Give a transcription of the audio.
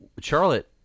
charlotte